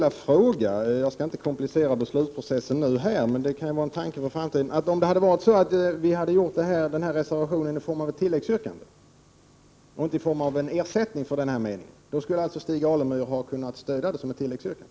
Jag skall inte komplicera beslutsprocessen här i kammaren i dag, men med tanke på framtiden skulle jag vilja fråga: Hade Stig Alemyr kunnat stödja oss, om vi utformat reservationen såsom ett tilläggsyrkande och inte såsom en ersättning för den ifrågavarande meningen?